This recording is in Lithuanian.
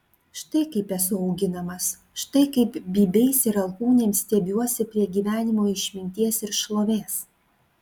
štai kaip esu auginamas štai kaip bybiais ir alkūnėm stiebiuosi prie gyvenimo išminties ir šlovės